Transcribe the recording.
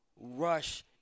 rush